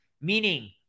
meaning